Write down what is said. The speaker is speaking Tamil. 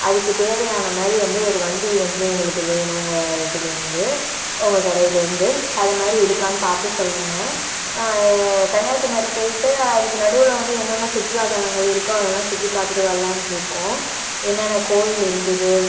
அதுக்கு தேவையான மாதிரி வந்து ஒரு வண்டி வந்து எங்களுக்கு வேணும் இதுலேருந்து உங்கள் கடைலேருந்து அது மாதிரி இருக்கான்னு பார்த்து சொல்லுங்கள் கன்னியாகுமரி போயிவிட்டு அதுக்கு நடுவில் வந்து என்னென்ன சுற்றுலா தலங்கள் இருக்கோ அதெல்லாம் சுற்றி பார்த்துட்டு வரலாமென்று இருக்கோம் என்னென்ன கோவில் இருக்குது